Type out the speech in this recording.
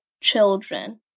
children